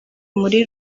muri